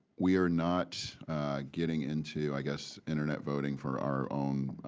we are not getting into i guess internet voting for our own